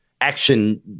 action